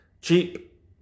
cheap